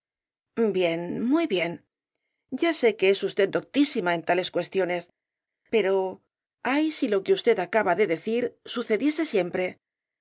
guía bien muy bien ya sé que es usted doctísima en tales cuestiones pero ay si lo que usted acaba de decir sucediese siempre